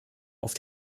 auf